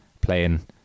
Playing